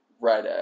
right